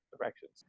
Directions